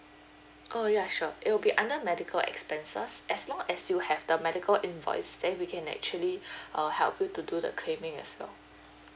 oh ya sure it will be under medical expenses as long as you have the medical invoice then we can actually err help you to do the claiming as well